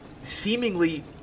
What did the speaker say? seemingly